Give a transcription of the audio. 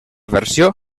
versió